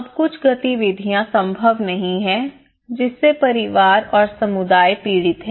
अब कुछ गतिविधियाँ संभव नहीं हैं जिससे परिवार और समुदाय पीड़ित हैं